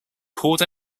called